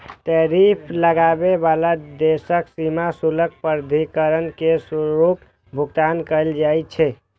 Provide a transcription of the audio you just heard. tariff लगाबै बला देशक सीमा शुल्क प्राधिकरण कें शुल्कक भुगतान कैल जाइ छै